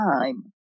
time